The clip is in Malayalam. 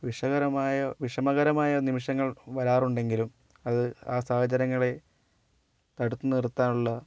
വിഷമകരമായ വിഷമകരമായ നിമിഷങ്ങൾ വരാറുണ്ടെങ്കിലും അത് ആ സാഹചര്യങ്ങളെ തടുത്ത് നിർത്താനുള്ള